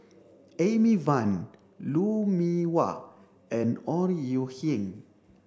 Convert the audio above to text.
Amy Van Lou Mee Wah and Ore Huiying